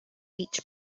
each